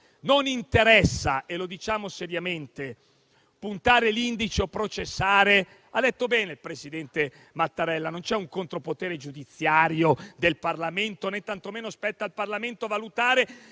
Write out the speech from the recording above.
non interessa - e lo diciamo seriamente - puntare l'indice o processare. Ha detto bene il presidente Mattarella: non c'è un contropotere giudiziario del Parlamento, né tantomeno spetta al Parlamento valutare